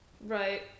Right